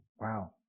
wow